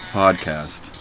podcast